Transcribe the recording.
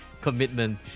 Commitment